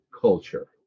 culture